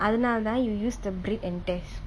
அதனாலதா:athanalatha you use the bread and test